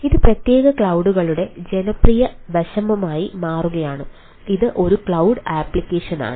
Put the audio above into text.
ഇത് പ്രത്യേക ക്ലൌഡ് കളുടെ ജനപ്രിയ വശമായി മാറുകയാണ് ഇത് ഒരു ക്ലൌഡ് ആപ്ലിക്കേഷനാണ്